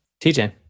TJ